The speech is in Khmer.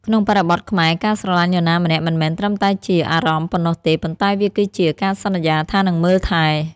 ក្នុងបរិបទខ្មែរ ការស្រឡាញ់នរណាម្នាក់មិនមែនត្រឹមតែជា "អារម្មណ៍" ប៉ុណ្ណោះទេ ប៉ុន្តែវាគឺជា "ការសន្យាថានឹងមើលថែ"។